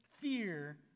fear